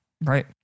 right